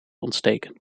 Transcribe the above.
ontsteken